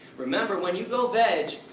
remember, when you go veg,